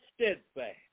steadfast